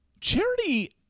Charity